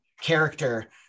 character